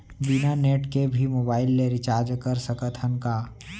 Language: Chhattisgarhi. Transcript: बिना नेट के भी मोबाइल ले रिचार्ज कर सकत हन का?